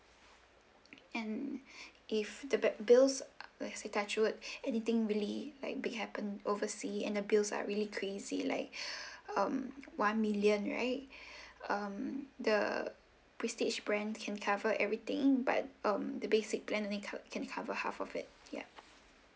and if the bills let's say touch wood anything really like be happen oversea and the bills are really crazy like um one million right um the prestige brand can cover everything but um the basic plan only can cover half of it ya